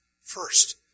first